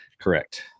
Correct